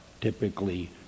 typically